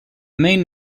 main